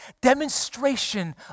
demonstration